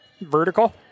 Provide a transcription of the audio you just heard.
vertical